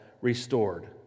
restored